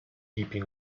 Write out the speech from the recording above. keeping